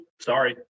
sorry